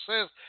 says